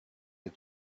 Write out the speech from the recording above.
had